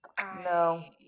No